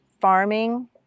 farming